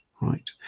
right